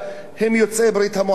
הם יוצאי ברית-המועצות,